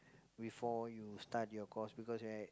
before you start your course because right